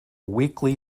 weakly